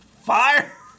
Fire